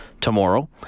tomorrow